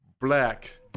black